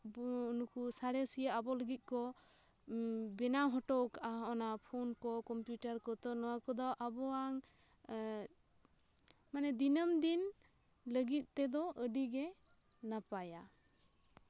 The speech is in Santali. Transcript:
ᱱᱩᱠᱩ ᱥᱟᱬᱮᱥᱤᱭᱟᱱ ᱟᱵᱚ ᱞᱟᱹᱜᱤᱫ ᱠᱚ ᱵᱮᱱᱟᱣ ᱦᱚᱴᱚᱣ ᱠᱟᱜᱼᱟ ᱦᱚᱸ ᱚᱜ ᱱᱚᱣᱟ ᱯᱷᱳᱱ ᱠᱚ ᱠᱚᱢᱯᱤᱭᱩᱴᱟᱨ ᱠᱚᱛᱚ ᱱᱚᱣᱟ ᱠᱚᱫᱚ ᱟᱵᱚ ᱱᱟᱝ ᱮᱜ ᱢᱟᱱᱮ ᱫᱤᱱᱟᱹᱢ ᱫᱤᱱ ᱞᱟᱹᱜᱤᱫ ᱛᱮᱫᱚ ᱟᱹᱰᱤᱜᱮ ᱱᱟᱯᱟᱭᱟ